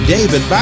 David